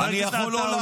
חבר הכנסת עטאונה.